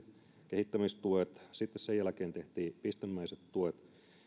kehittämistuet sitten sen jälkeen tehtiin pistemäiset tuet